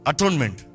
Atonement